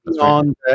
on